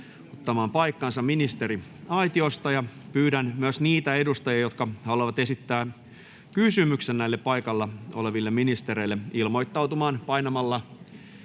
ottamaan paikkansa ministeriaitiosta. Pyydän myös niitä edustajia, jotka haluavat esittää kysymyksen paikalla oleville ministereille, ilmoittautumaan painamalla